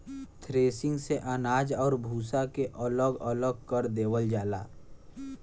threshing से अनाज आउर भूसा के अलग अलग कर देवल जाला